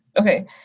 Okay